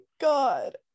god